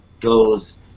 goes